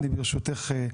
אני ברשותך,